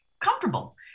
comfortable